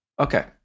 Okay